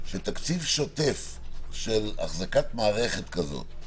שתקציב שוטף של אחזקת מערכת כזאת,